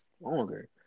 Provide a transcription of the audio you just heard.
longer